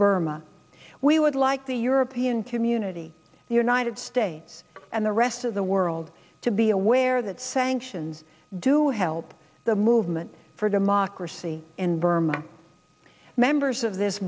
burma we would like to your paean to munity the united states and the rest of the world to be aware that sanctions do help the movement for democracy in burma members of this